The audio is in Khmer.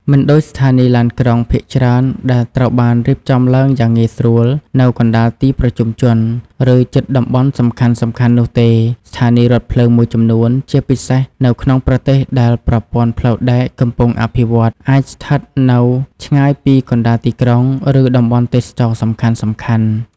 មិនដូចស្ថានីយ៍ឡានក្រុងភាគច្រើនដែលត្រូវបានរៀបចំឡើងយ៉ាងងាយស្រួលនៅកណ្តាលទីប្រជុំជន ឬជិតតំបន់សំខាន់ៗនោះទេ ស្ថានីយ៍រថភ្លើងមួយចំនួន ជាពិសេសនៅក្នុងប្រទេសដែលប្រព័ន្ធផ្លូវដែកកំពុងអភិវឌ្ឍ អាចស្ថិតនៅ ឆ្ងាយពីកណ្តាលទីក្រុង ឬតំបន់ទេសចរណ៍សំខាន់ៗ។